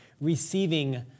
receiving